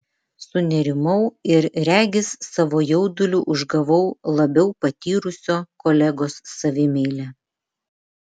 sunerimau ir regis savo jauduliu užgavau labiau patyrusio kolegos savimeilę